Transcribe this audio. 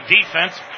defense